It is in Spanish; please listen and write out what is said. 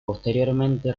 posteriormente